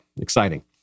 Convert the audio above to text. exciting